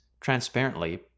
transparently